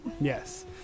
Yes